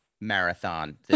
marathon